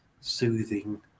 soothing